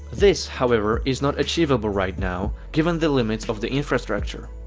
this, however, is not achievable right now, given the limits of the infrastructure.